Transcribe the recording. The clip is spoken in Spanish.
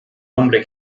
hombre